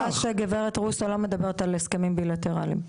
אני מניחה שהגברת רוסו לא מדברת על הסכמים בילטרליים.